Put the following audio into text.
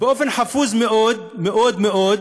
ובאופן חפוז מאוד, מאוד מאוד,